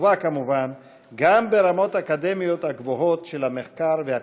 חשובה כמובן גם ברמות האקדמיות הגבוהות של המחקר והפיתוח.